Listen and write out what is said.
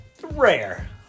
rare